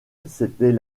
c’était